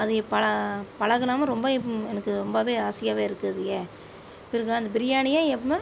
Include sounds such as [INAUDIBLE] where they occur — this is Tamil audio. அது பழக பழகணும் ரொம்ப எனக்கு ரொம்ப ஆசையாகவே இருக்கு அது ஏன் பிறகு அந்த பிரியாணி [UNINTELLIGIBLE]